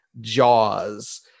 Jaws